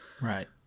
Right